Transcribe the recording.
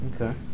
Okay